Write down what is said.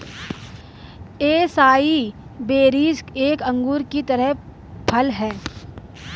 acai berries एक अंगूर की तरह फल हैं